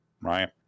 right